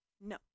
no